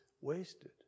wasted